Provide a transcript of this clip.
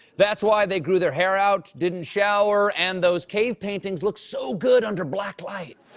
that's why, they grew their hair out, didn't shower, and those cave paintings looked so good under black light.